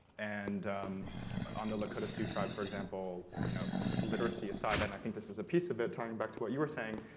and on the lakota sioux tribe for example, you know, literacy aside and i think this is a piece of it talking back to what you were saying,